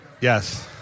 Yes